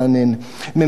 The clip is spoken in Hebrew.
ממשלת נתניהו,